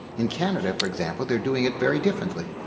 in canada, for example, they're doing it very differently.